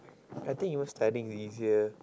I think even studying easier